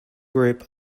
group